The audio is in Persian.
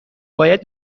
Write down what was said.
باید